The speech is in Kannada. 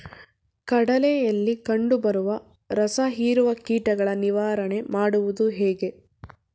ಕಡಲೆಯಲ್ಲಿ ಕಂಡುಬರುವ ರಸಹೀರುವ ಕೀಟಗಳ ನಿವಾರಣೆ ಮಾಡುವುದು ಹೇಗೆ?